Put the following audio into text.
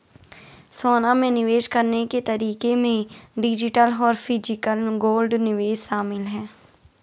सोना में निवेश करने के तरीके में डिजिटल और फिजिकल गोल्ड निवेश शामिल है